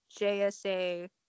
JSA